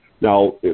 Now